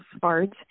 cards